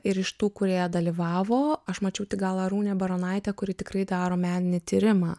ir iš tų kurie dalyvavo aš mačiau tik gal arūnę baronaitę kuri tikrai daro meninį tyrimą